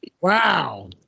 Wow